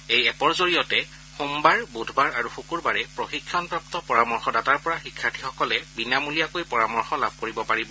এই এপৰ জৰিয়তে সোমবাৰ বুধবাৰ আৰু শুকুৰবাৰে প্ৰশিক্ষণপ্ৰাপ্ত পৰামৰ্শ দাতাৰ পৰা শিক্ষাৰ্থীসকলে বিনামলীয়াকৈ পৰামৰ্শ লাভ কৰিব পাৰিব